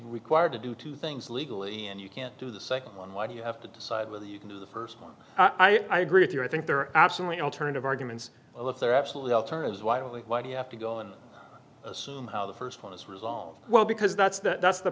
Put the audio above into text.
required to do two things legally and you can't do the second one why do you have to decide whether you can do the first one i agree with you i think there are absolutely alternative arguments well if they're absolutely alternatives wildly why do you have to go and assume the first one is resolved well because that's that's the